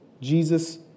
Jesus